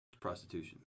Prostitution